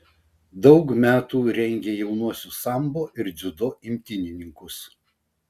daug metų rengė jaunuosius sambo ir dziudo imtynininkus